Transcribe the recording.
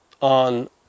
on